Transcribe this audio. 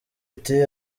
iti